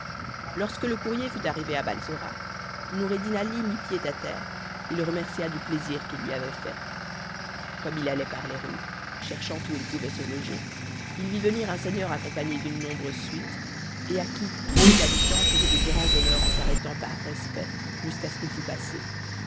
lorsque le courrier fut arrivé à balsora noureddin ali mit pied à terre et le remercia du plaisir qu'il lui avait fait comme il allait par les rues cherchant où il pourrait se loger il vit venir un seigneur accompagné d'une nombreuse suite et à qui tous les habitants faisaient de grands honneurs en s'arrêtant par respect jusqu'à ce qu'il fût passé